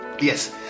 Yes